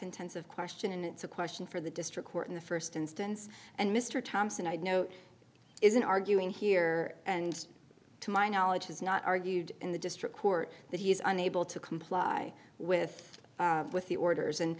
intensive question and it's a question for the district court in the first instance and mr thompson i know isn't arguing here and to my knowledge has not argued in the district court that he is unable to comply with with the orders and